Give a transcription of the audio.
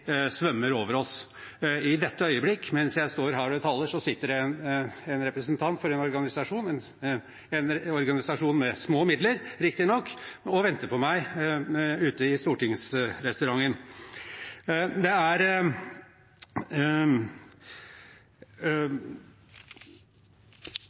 over oss. I dette øyeblikk, mens jeg står her og taler, sitter det en representant for en organisasjon – en organisasjon med små midler, riktignok – og venter på meg i stortingsrestauranten. Antallet informasjonsrådgivere overstiger nå antallet journalister i dette landet. Det